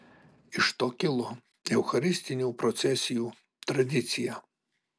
iš to kilo eucharistinių procesijų tradicija